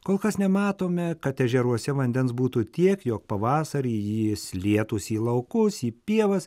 kol kas nematome kad ežeruose vandens būtų tiek jog pavasarį jis lietųsi į laukus į pievas